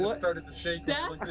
like started to shake